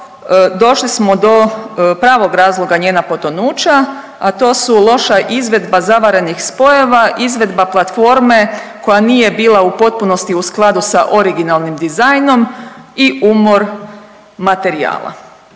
došli smo do pravog razloga njena potonuća, a to su loša izvedba zavarenih spojeva, izvedba platforme koja nije bila u potpunosti u skladu sa originalnim dizajnom i umor materijala,